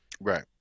Right